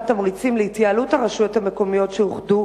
תמריצים להתייעלות הרשויות המקומיות שאוחדו,